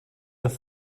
have